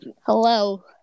Hello